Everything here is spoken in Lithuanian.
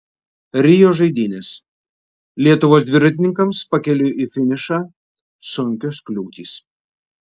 rio žaidynės lietuvos dviratininkams pakeliui į finišą sunkios kliūtys